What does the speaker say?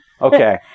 Okay